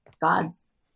god's